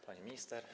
Pani Minister!